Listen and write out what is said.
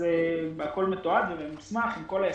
הכול מתועד וממוסמך עם כל ההסברים.